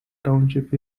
township